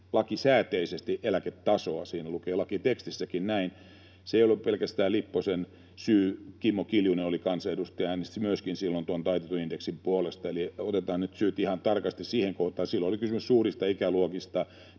lakisääteisesti eläketasoa. Siinä lukee lakitekstissäkin näin. Se ei ollut pelkästään Lipposen syy. Kimmo Kiljunen oli kansanedustaja, äänesti myöskin silloin tuon taitetun indeksin puolesta, eli otetaan nyt syyt ihan tarkasti siihen kohtaan. Silloin oli kysymys suurista ikäluokista,